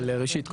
אבל ראשית,